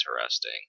interesting